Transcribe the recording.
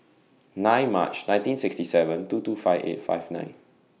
nine March nineteen sixty seven two two five eight five nine